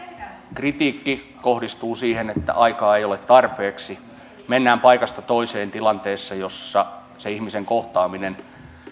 kritiikki kohdistuu siihen että aikaa ei ole tarpeeksi mennään paikasta toiseen tilanteessa jossa ihmisen kohtaaminen